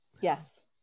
Yes